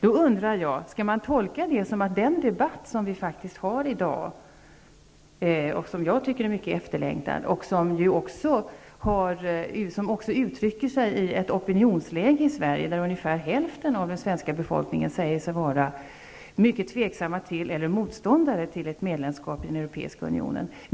Vi för i dag en debatt som jag tycker är mycket efterlängtad och som tar sig uttryck i ett opinionsläge i Sverige där ungefär hälften av den svenska befolkningen säger sig vara mycket tveksam till eller motståndare till ett medlemskap i den europeiska unionen.